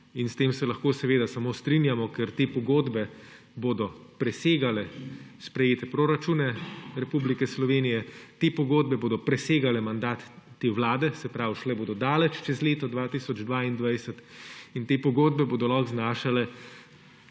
S tem se lahko seveda samo strinjamo, ker te pogodbe bodo presegale sprejete proračune Republike Slovenije, te pogodbe bodo presegale mandat te vlade, se pravi, šle bodo daleč čez leto 2022, in te pogodbe bodo lahko znašale